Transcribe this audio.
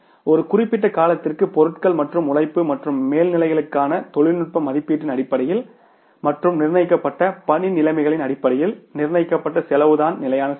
ஒரு குறிப்பிட்ட காலத்திற்கு பொருட்கள் மற்றும் உழைப்பு மற்றும் மேல்நிலைகளுக்கான தொழில்நுட்ப மதிப்பீட்டின் அடிப்படையில் மற்றும் நிர்ணயிக்கப்பட்ட பணி நிலைமைகளின் அடிப்படையில் நிர்ணயிக்கப்பட்ட செலவுதான் நிலையான செலவு